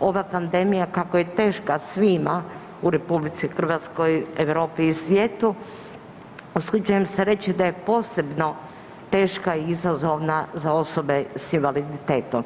ova pandemija kako je teška svima u RH, Europi i svijetu usuđujem se reći da je posebno teška i izazovna za osobe s invaliditetom.